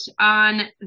on